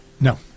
No